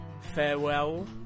farewell